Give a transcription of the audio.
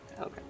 Okay